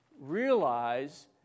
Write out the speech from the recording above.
realize